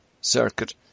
circuit